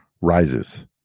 rises